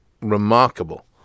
remarkable